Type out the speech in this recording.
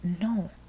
No